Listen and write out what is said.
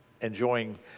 enjoying